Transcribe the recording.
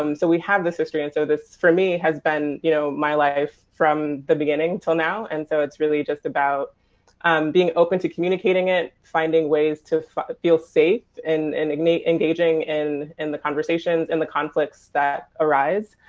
um so we have this history. and so for me this has been you know my life from the beginning till now. and so it's really just about um being open to communicating it, finding ways to feel safe and and engaging in in the conversations and the conflicts that arise.